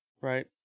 Right